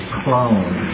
clone